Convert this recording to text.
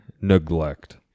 Neglect